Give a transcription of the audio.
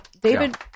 David